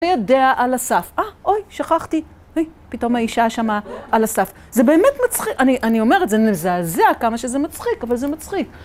תהיה דעה על הסף. אה, אוי, שכחתי. היי, פתאום האישה שמה על הסף. זה באמת מצחיק. אני אומרת, זה מזעזע כמה שזה מצחיק, אבל זה מצחיק.